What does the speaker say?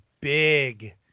big